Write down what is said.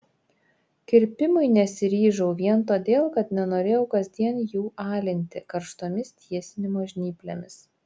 kirpimui nesiryžau vien todėl kad nenorėjau kasdien jų alinti karštomis tiesinimo žnyplėmis